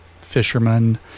fishermen